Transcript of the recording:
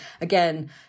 Again